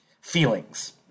feelings